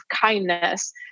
kindness